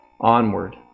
onward